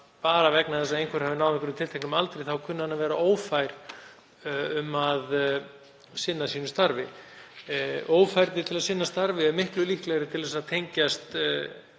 bara vegna þess að einhver hafi náð einhverjum tilteknum aldri kunni hann að vera ófær um að sinna sínu starfi. Ófærni til að sinna starfi er miklu líklegri til að tengjast